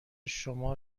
شما